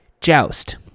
Joust